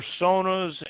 personas